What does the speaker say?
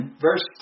verse